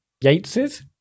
Yates's